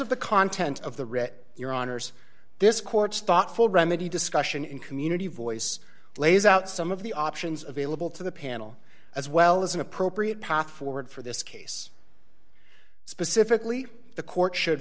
of the content of the writ your honour's this court's thoughtful remedy discussion in community voice lays out some of the options available to the panel as well as an appropriate path forward for this case specifically the court should